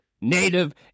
native